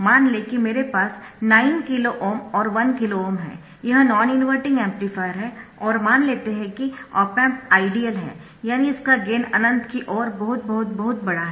मान लें कि मेरे पास 9 किलो ओम और 1 किलो ओम है यह नॉन इनवर्टिंग एम्पलीफायर है और मान लेते है कि ऑप एम्प आइडियल है यानी इसका गेन अनंत की ओर बहुत बहुत बहुत बड़ा है